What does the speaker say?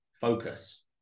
focus